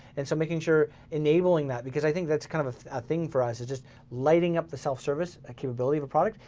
and so making sure enabling that, because i think that's kind of of a thing for us is just lighting up the self-service capability of a product,